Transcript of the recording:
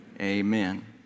amen